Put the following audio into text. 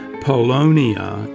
Polonia